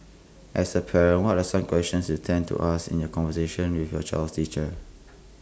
as A parent what are some questions you tend to ask in your conversations with your child's teacher